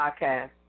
podcast